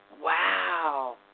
Wow